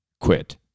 quit